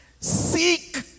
seek